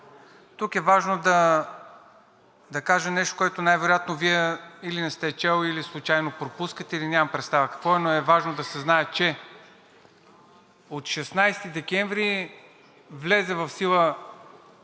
Тук е важно да кажа нещо, което най вероятно Вие или не сте чел, или случайно пропускате, или нямам представа какво е, но е важно да се знае, че от 16 декември влезе в сила